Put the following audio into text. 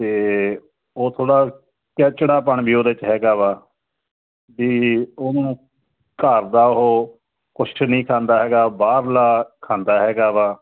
ਤੇ ਉਹ ਥੋੜਾ ਚਿੜਚਿੜਾਪਣ ਵੀ ਉਹਦੇ ਚ ਹੈਗਾ ਵਾ ਵੀ ਉਹਨੂੰ ਘਰ ਦਾ ਉਹ ਕੁਛ ਨਹੀਂ ਖਾਂਦਾ ਹੈਗਾ ਬਾਹਰਲਾ ਖਾਂਦਾ ਹੈਗਾ ਵਾ